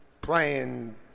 playing